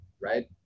right